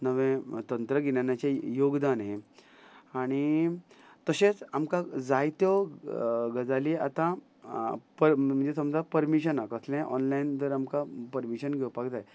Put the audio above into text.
नवे तंत्रगिज्ञानाचे योगदान हे आनी तशेंच आमकां जायत्यो गजाली आतां म्हणजे समजा पर्मिशनाक कसले ऑनलायन जर आमकां पर्मिशन घेवपाक जाय